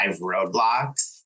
roadblocks